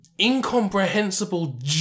Incomprehensible